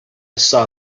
saw